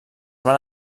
van